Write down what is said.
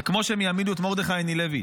זה כמו שהם יעמידו את מרדכי אנילביץ'